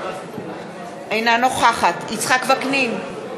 אינה נוכחת יצחק וקנין,